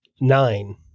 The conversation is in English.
Nine